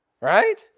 Right